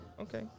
Okay